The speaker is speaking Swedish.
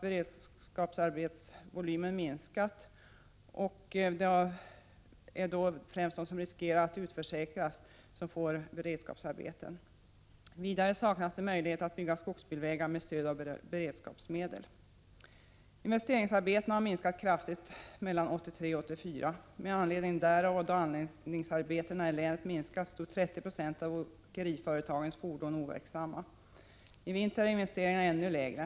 Beredskapsarbetsvolymen har minskat, och det är främst de som riskerar att utförsäkras från arbetslöshetskassan som får beredskapsarbete. Vidare saknas det möjlighet att bygga skogsbilvägar med stöd av beredskapsmedel. Investeringsarbetena har minskat kraftigt under 1983 och 1984. Med anledning därav och då antalet anläggningsarbeten i länet sjunkit stod 30 90 av åkeriföretagens fordon stilla. Denna vinter är investeringarna ännu lägre.